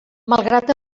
malgrat